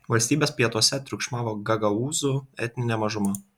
valstybės pietuose triukšmavo gagaūzų etninė mažuma